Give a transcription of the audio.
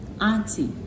auntie